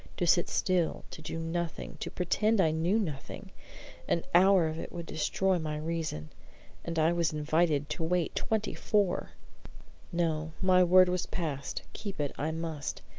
to sit still to do nothing to pretend i knew nothing an hour of it would destroy my reason and i was invited to wait twenty-four! no my word was passed keep it i must.